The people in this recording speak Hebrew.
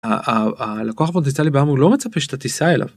הלקוח פוטציאלי בע״מ הוא לא מצפה שאתה תיסע אליו.